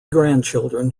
grandchildren